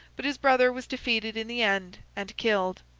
but his brother was defeated in the end and killed.